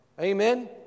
Amen